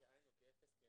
אני מודה לכם, הישיבה נעולה.